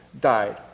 died